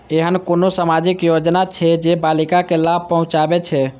ऐहन कुनु सामाजिक योजना छे जे बालिका के लाभ पहुँचाबे छे?